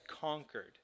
conquered